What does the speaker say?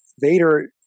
Vader